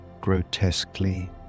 grotesquely